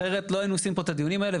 אחרת לא היינו עושים פה את הדיונים האלה.